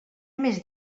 més